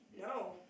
No